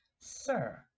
sir